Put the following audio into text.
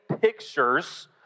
pictures